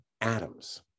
atoms